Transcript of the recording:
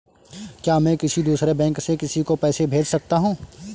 क्या मैं किसी दूसरे बैंक से किसी को पैसे भेज सकता हूँ?